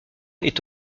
est